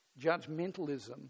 judgmentalism